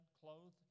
clothed